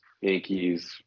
Yankees